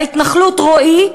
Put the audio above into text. בהתנחלות רועי,